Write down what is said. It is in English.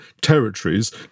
territories